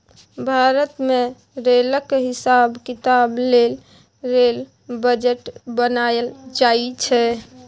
भारत मे रेलक हिसाब किताब लेल रेल बजट बनाएल जाइ छै